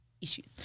issues